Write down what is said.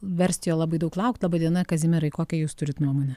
versti jo labai daug laukt laba diena kazimierai kokią jūs turit nuomonę